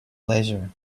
leisure